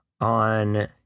on